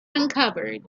uncovered